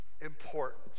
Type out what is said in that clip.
important